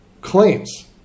claims